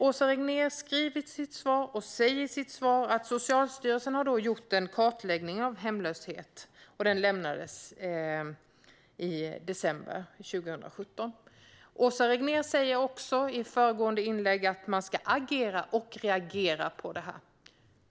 Åsa Regnér sa i sitt interpellationssvar att Socialstyrelsen har gjort en kartläggning av hemlöshet och att denna kartläggning presenterades i december 2017. Åsa Regnér har senare i debatten sagt att man ska agera och reagera på det här.